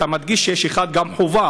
ואתה מדגיש שיש גן חובה,